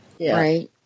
right